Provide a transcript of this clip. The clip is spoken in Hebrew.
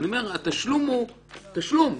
התשלום הוא תשלום.